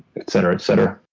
etc. etc.